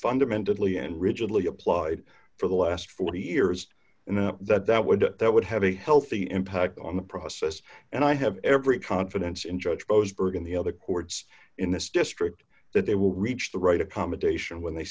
fundamentally and rigidly applied for the last forty years and that that would that would d have a healthy impact on the process and i have every confidence in judge closed bergen the other courts in this district that they will reach the right accommodation when they